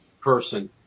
person